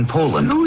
Poland